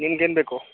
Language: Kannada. ನಿಮ್ಗೇನು ಬೇಕು